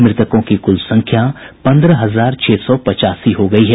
मृतकों की कुल संख्या पन्द्रह हजार छह सौ पचासी हो गई है